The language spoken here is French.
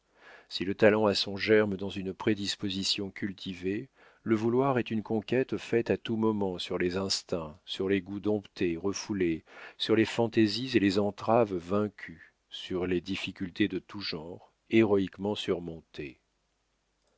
si le talent a son germe dans une prédisposition cultivée le vouloir est une conquête faite à tout moment sur les instincts sur les goûts domptés refoulés sur les fantaisies et les entraves vaincues sur les difficultés de tout genre héroïquement surmontées